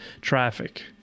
traffic